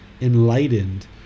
enlightened